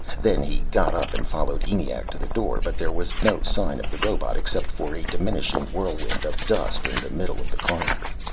then he got up and followed eniac to the door. but there was no sign of the robot, except for a diminishing whirlwind of dust in the middle of the corridor.